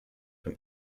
from